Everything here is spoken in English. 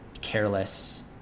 careless